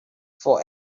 for